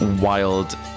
wild